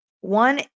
one